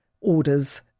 orders